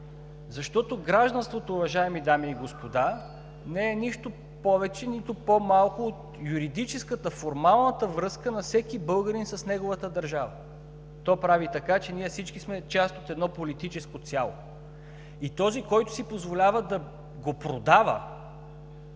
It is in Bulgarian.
защото гражданството, уважаеми дами и господа, не е нищо повече – нито по-малко, от юридическата, формалната връзка на всеки българин с неговата държава. То прави така, че ние всички сме част от едно политическо цяло, и този, който си позволява да го продава,